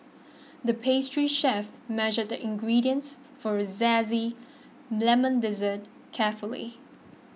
the pastry chef measured the ingredients for a Lemon Dessert carefully